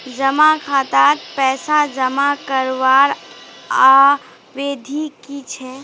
जमा खातात पैसा जमा करवार अवधि की छे?